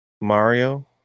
Mario